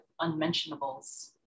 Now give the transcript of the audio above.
unmentionables